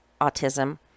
autism